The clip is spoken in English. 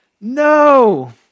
no